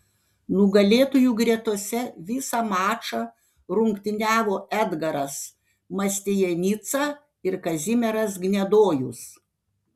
nugalėtojų gretose visą mačą rungtyniavo edgaras mastianica ir kazimieras gnedojus